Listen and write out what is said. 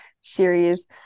series